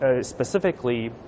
specifically